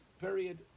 period